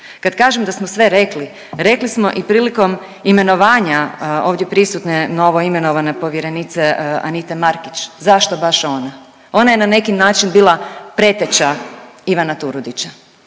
Kad kažem da smo sve rekli, rekli smo i prilikom imenovanja ovdje prisutne novo imenovane povjerenice Anite Markić, zašto baš ona. Ona je na neki način bila preteča Ivana Turudića.